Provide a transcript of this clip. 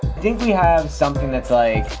think we have something that's, like,